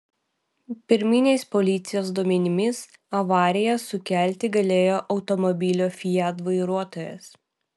pirminiais policijos duomenimis avariją sukelti galėjo automobilio fiat vairuotojas